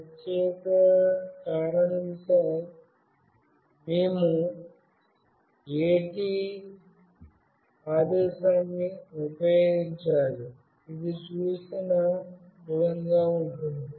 ఆ ప్రత్యేక కారణంతో మేము AT ఆదేశాన్ని ఉపయోగించాలి ఇది చూపిన విధంగా ఉంటుంది